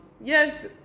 yes